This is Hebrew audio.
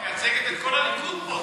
את מייצגת את כל הליכוד פה,